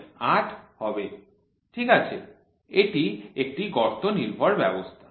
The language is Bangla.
এটি একটি গর্ত নির্ভর ব্যবস্থা